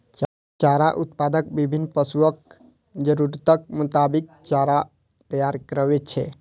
चारा उत्पादक विभिन्न पशुक जरूरतक मोताबिक चारा तैयार करै छै